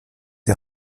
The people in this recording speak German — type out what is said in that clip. die